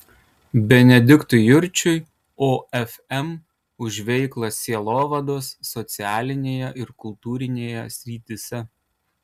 benediktui jurčiui ofm už veiklą sielovados socialinėje ir kultūrinėje srityse